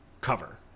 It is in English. cover